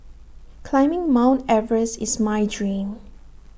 climbing mount Everest is my dream